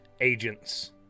agents